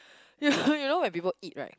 you you know when people eat right